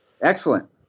excellent